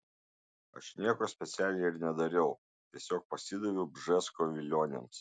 aš nieko specialiai ir nedariau tiesiog pasidaviau bžesko vilionėms